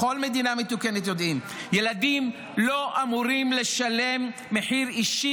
בכל מדינה מתוקנת יודעים: ילדים לא אמורים לשלם מחיר אישי